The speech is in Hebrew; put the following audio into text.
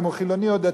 אם הוא חילוני או דתי.